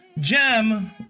gem